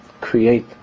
create